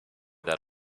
that